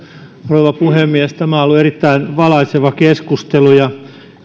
rouva puhemies tämä on ollut erittäin valaiseva keskustelu ja